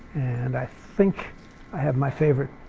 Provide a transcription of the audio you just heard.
and i think i have my favorite,